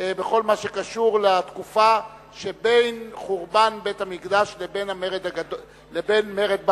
בכל מה שקשור לתקופה שבין חורבן בית-המקדש לבין מרד בר-כוכבא.